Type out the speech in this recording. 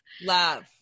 Love